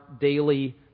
daily